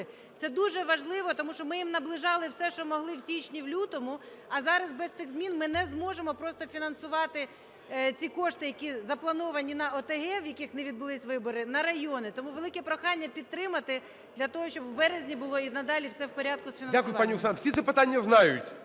Це дуже важливо, тому що ми їм наближали все, що могли в січні, в лютому, а зараз без цих змін ми не зможемо просто фінансувати ці кошти, які заплановані на ОТГ, в яких не відбулись вибори, на райони. Тому велике прохання підтримати для того, щоб у березні було і надалі все в порядку з фінансуванням.